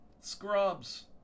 Scrubs